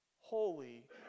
holy